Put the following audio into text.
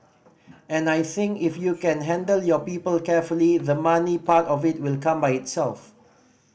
and I think if you can handle your people carefully the money part of it will come by itself